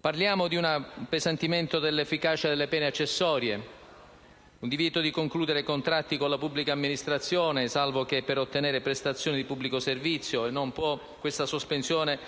Parliamo di un appesantimento dell'efficacia delle pene accessorie, del divieto di concludere contratti con la pubblica amministrazione, salvo che per ottenere prestazioni di pubblico servizio. Questa sospensione